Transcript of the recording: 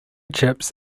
chips